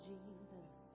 Jesus